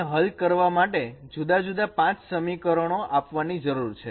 તેને હલ કરવા માટે જુદા જુદા 5 સમીકરણો આપવાની જરૂર છે